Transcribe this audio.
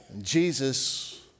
Jesus